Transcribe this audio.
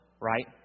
right